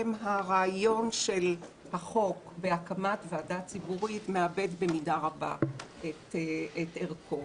הרעיון של החוק בהקמת ועדה ציבורית מאבד במידה רבה את ערכו.